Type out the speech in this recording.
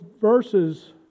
verses